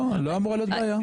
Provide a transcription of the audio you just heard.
לא אמורה להיות בעיה.